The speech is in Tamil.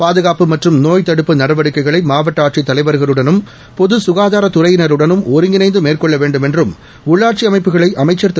பாதுகாப்பு மற்றும் நோய்த் தடுப்பு நடவடிக்கைகளை மாவட்ட ஆட்சித் தலைவர்களுடனும் பொது சுனதாரத்துறையினருடனும் ஒருங்கிணைந்து மேற்கொள்ள வேண்டும் என்றும் உள்ளாட்சி அமைப்புகளை அமைச்சர் திரு